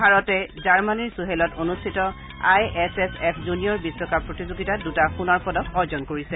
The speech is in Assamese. ভাৰতে জাৰ্মনীৰ চুহেলত অনুষ্ঠিত I S S F junior বিশ্বকাপ প্ৰতিযোগিতাত দুটা সোণৰ পদক অৰ্জন কৰিছে